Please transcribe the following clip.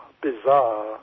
bizarre